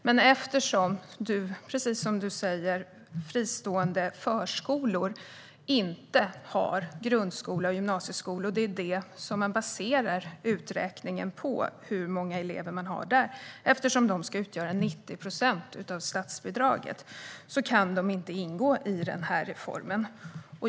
Men eftersom man baserar uträkningen på hur många elever som finns i grundskola eller gymnasieskola - det handlar om 90 procent av statsbidraget - kan inte, precis som du tar upp, fristående förskolor som inte har grundskola eller gymnasieskola ingå i den här reformen.